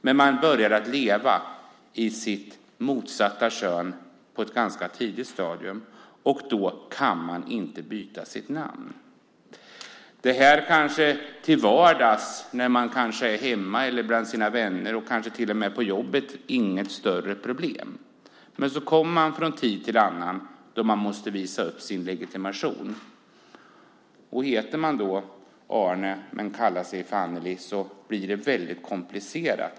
Men man börjar leva i det motsatta könet på ett ganska tidigt stadium, och då kan man inte byta namn. Till vardags - hemma, bland vänner eller på jobbet - är detta kanske inget större problem. Men från tid till annan måste man visa upp sin legitimation. Heter man då Arne men kallar sig Anneli blir det väldigt komplicerat.